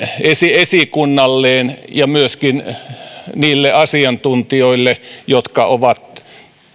esikunnalleen ja myöskin niille asiantuntijoille jotka ovat